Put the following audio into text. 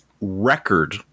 record